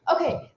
Okay